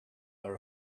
are